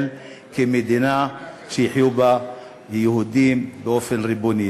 כמדינה שיחיו בה יהודים באופן ריבוני.